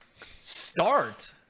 Start